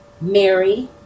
Mary